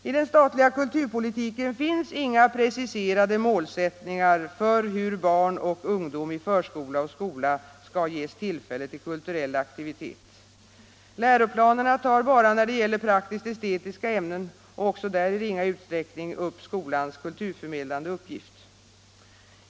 I den statliga kulturpolitiken finns inga preciserade målsättningar för hur barn och ungdom i förskola och skola skall ges tillfälle till kulturell aktivitet. Läroplanerna tar endast då det gäller praktiskt-estetiska ämnen — och också där i ringa utsträckning — upp skolans kulturförmedlande uppgift.